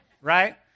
right